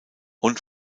und